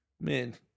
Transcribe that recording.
Man